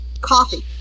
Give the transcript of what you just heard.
Coffee